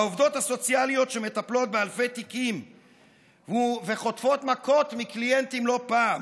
העובדות הסוציאליות שמטפלות באלפי תיקים וחוטפות מכות מקליינטים לא פעם,